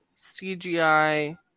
CGI